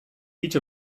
each